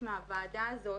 מהוועדה הזאת,